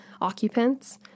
occupants